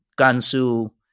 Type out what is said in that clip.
Gansu